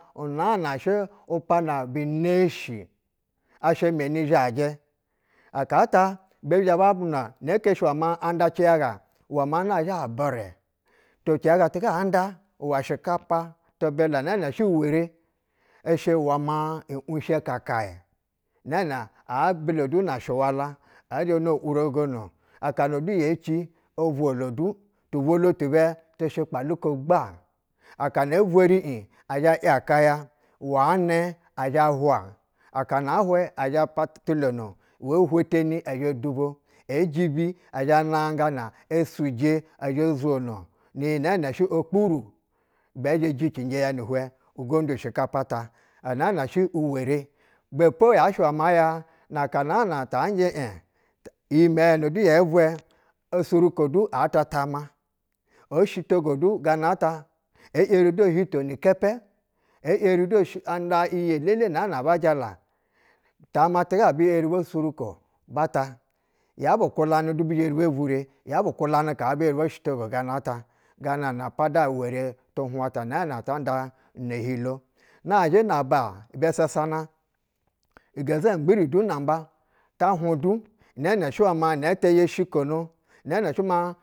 Unaa na sha upiana bu neshi asha meni zhajɛ aka ta bi zhɛ ba bila neke shɛ ma auƌa ciya ga uwɛ maa na zhɛ abɛrɛ to ciyaga ti auƌa hwɛ shikapa na neshɛ iwere ishɛ uwɛ mal wishɛ kakayɛ naa na abila du na shiwala ɛzhɛ no wuroga, akana ye ci ovwolo du. Tuvwolo ti bɛ shɛ kpalu ko gba aka na euweri iŋ ɛzhɛ yaka ya wa nɛ ahwa akana a hwɛ ɛ shapa otulona ye hwetani ɛzha dubo ejibi ɛ nangana e suje ɛzhɛ zwono ni yi nɛɛnɛ shɛ okpuru ɛzhɛ eticinjɛ ya ni hwɛ ugondu shɛkapa ta unaa na shɛ ewere ibɛpo yashɛ uwɛ ma ya na ka na a na ta njɛ iŋ, iyimɛyɛ na duyɛ vwɛ osurukodu ata taama, o shitogo du ganata e yeri du ohinto du nilkɛpɛ e yeri dus anda iyi dele na aba jala taama otuga bi yeri busuniko ba ta. Ya bu du bi yeri be vure. Ya bu kudanɛ bi yeri bo shito go gana ta. Gana na pada were tu hwan ta nɛɛnɛ ta uda ne ohilo. nazhɛ bob a bɛ sasana igɛzɛ mbiri du namba ta hwan du nɛɛnɛ shɛ wɛ ma anɛtɛ yo shikono nɛɛshɛ ma.